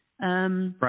Right